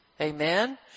Amen